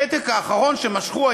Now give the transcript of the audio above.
הפתק האחרון שמשכו,